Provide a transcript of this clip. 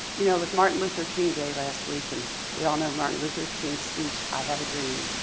you know, with martin luther king day last week and we all know martin luther king's speech i have a dream,